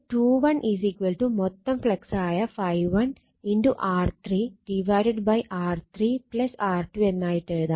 ∅21 മൊത്തം ഫ്ളക്സായ ∅1 R3 R3 R2 എന്നായിട്ടെഴുതാം